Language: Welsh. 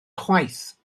chwaith